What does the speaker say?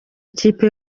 ikipe